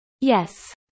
Yes